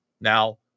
Now